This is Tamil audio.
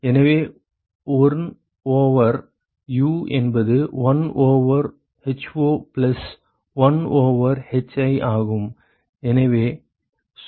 எனவே 1 ஓவர் U என்பது 1 over ho plus 1 over hi ஆகும்